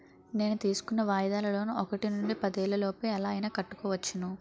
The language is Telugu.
నేను తీసుకున్న వాయిదాల లోన్ ఒకటి నుండి పదేళ్ళ లోపు ఎలా అయినా కట్టుకోవచ్చును